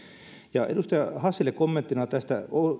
edustaja hassille kommenttina tästä